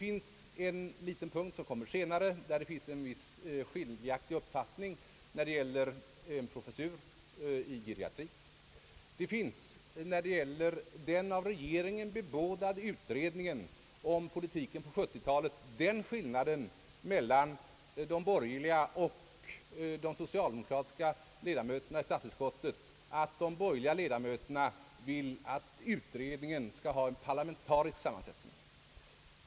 På en liten punkt som kommer upp senare finns en viss skiljaktig uppfattning, nämligen om en professur i geriatrik. Beträffande den av regeringen bebådade utredningen om politiken på 1970 talet finns också den skillnaden i uppfattningen mellan de borgerliga och de socialdemokratiska ledamöterna i statsutskottet, att de förra vill att utredningen skall ha en parlamentarisk sammansättning.